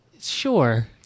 Sure